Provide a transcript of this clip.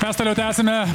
mes toliau tęsiame